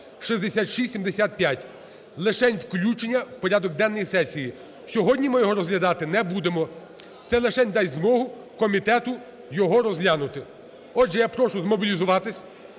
(6675). Лишень включення в порядок денний сесії, сьогодні ми його розглядати не будемо, це лишень дасть змогу комітету його розглянути. Отже, я прошу змобілізуватись,